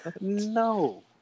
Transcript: No